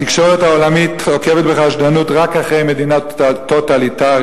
התקשורת העולמית עוקבת בחשדנות רק אחרי מדינות טוטליטריות.